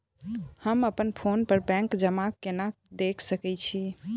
हम अप्पन फोन पर बैंक जमा केना देख सकै छी?